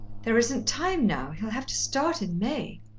there isn't time now. he'll have to start in may.